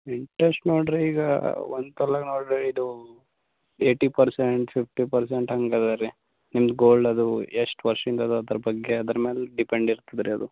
interest ನೋಡಿರಿ ಈಗ ಒಂದು ತೊಲಗ ನೋಡಿರಿ ಇದೂ ಏಟಿ ಪರ್ಸೆಂಟ್ ಫಿಫ್ಟಿ ಪರ್ಸೆಂಟ್ ಹಂಗೆ ಅದಾ ರೀ ನಿಮ್ದು ಗೋಲ್ಡ್ ಅದು ಎಷ್ಟು ವರ್ಷಿನ್ಗದ ಅದ್ರ ಬಗ್ಗೆ ಅದ್ರ ಮೇಲೆ ಡಿಪೆಂಡ್ ಇರ್ತದ್ರಿ ಅದು